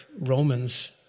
Romans